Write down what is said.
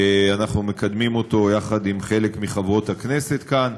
שאנחנו מקדמים אותו יחד עם חלק מחברות הכנסת כאן.